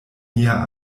nia